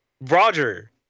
Roger